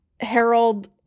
Harold